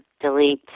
delete